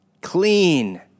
clean